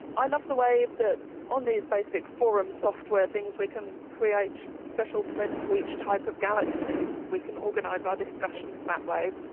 i love the way that on these basic forum software things we can create special threads for each type of galaxy, we can organise our discussions that way.